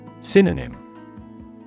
Synonym